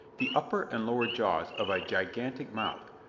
the upper and lower jaws of a gigantic mouth,